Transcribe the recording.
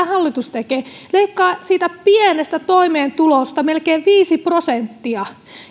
hallitus tekee leikkaa siitä pienestä toimeentulosta melkein viisi prosenttia